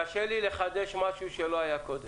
קשה לי לחדש משהו שלא היה קודם.